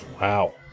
Wow